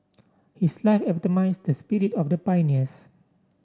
his life epitomised the spirit of the pioneers